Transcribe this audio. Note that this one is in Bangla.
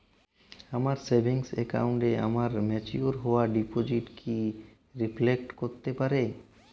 আমার সেভিংস অ্যাকাউন্টে আমার ম্যাচিওর হওয়া ডিপোজিট কি রিফ্লেক্ট করতে পারে?